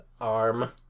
arm